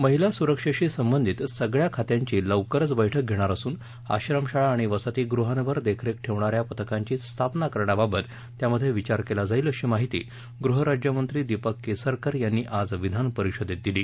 महिला सुरक्षेशी संबंधित सगळ्या खात्यांची लवकरच बैठक घेणार असून आश्रमशाळा आणि वसतीगृहांवर देखरेख ठेवण्याऱ्या पथकांची स्थापना करण्याबाबत त्यामध्ये विचार केला जाईल अशी माहिती गृहराज्यमंत्री दीपक केसरकर यांनी आज विधानपरिषदेत दिली